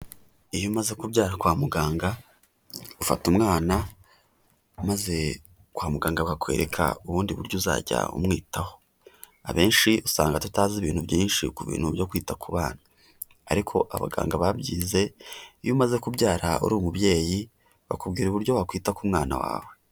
Iyo umaze kubyara kwa muganga, ufata umwana maze kwa muganga bakakwereka ubundi buryo uzajya umwitaho; abenshi usanga tutazi ibintu byinshi ku bintu byo kwita ku bana, ariko abaganga babyize iyo umaze kubyara uri umubyeyi, bakubwira uburyo wakwita ku mwana wawe.